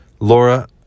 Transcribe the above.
Laura